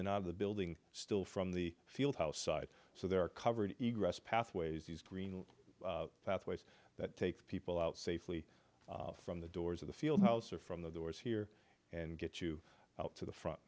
and out of the building still from the field house side so they're covered in grass pathways these green pathways that take people out safely from the doors of the field house or from the doors here and get you out to the front